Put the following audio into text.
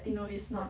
no it's not